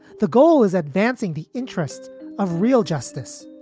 the goal is advancing the interests of real justice.